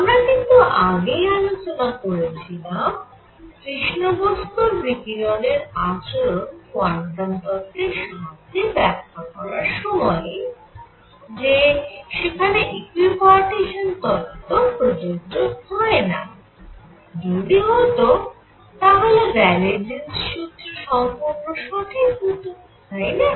আমরা কিন্তু আগেই আলোচনা করেছিলাম কৃষ্ণ বস্তুর বিকিরণের আচরণ কোয়ান্টাম তত্ত্বের সাহায্যে ব্যাখ্যা করার সময়েই যে সেখানে ইকুইপার্টিশান তত্ত্ব প্রযোজ্য হয়না যদি হত তাহলে র্যালে জীন্স সূত্র Rayleigh Jean's formula সম্পূর্ণ সঠিক হতো তাই না